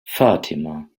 fatima